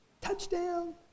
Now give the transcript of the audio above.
Touchdown